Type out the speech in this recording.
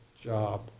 job